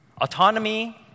Autonomy